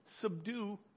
subdue